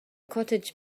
cottage